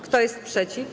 Kto jest przeciw?